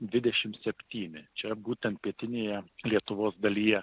dvidešimt septyni čia būtent pietinėje lietuvos dalyje